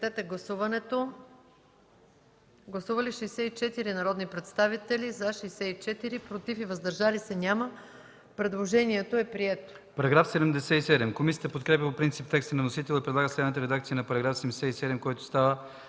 Гласували 64 народни представители: за 64, против и въздържали се няма. Предложението е прието.